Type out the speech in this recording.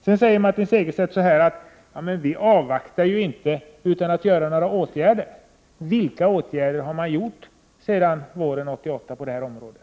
Martin Segerstedt säger vidare: Vi avvaktar inte utan vidtar åtgärder. Vilka åtgärder har man vidtagit på det här området sedan våren 1988?